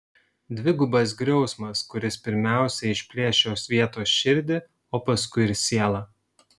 dvigubas griausmas kuris pirmiausia išplėš šios vietos širdį o paskui ir sielą